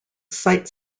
site